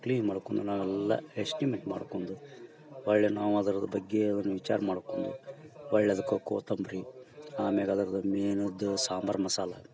clean ಮಾಡ್ಕೊಂದು ನಾವೆಲ್ಲ estimate ಮಾಡ್ಕೊಂದು ಒಳ್ಳೆಯ ನಾವು ಅದ್ರ್ದ ಬಗ್ಗೇ ಅದನ್ನ ವಿಚಾರ ಮಾಡ್ಕೊಂದು ಒಳ್ಳೆಯದಕ ಕೋತೊಂಬರಿ ಆಮೇಗ ಅದ್ರದ್ದು ಮೀನದ್ ಸಾಂಬಾರು ಮಸಾಲೆ